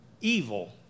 evil